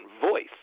voice